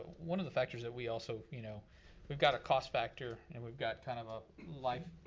one of the factors that we also, you know we've got a cost factor and we've got kind of a life,